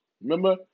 Remember